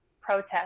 protest